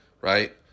Right